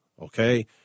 okay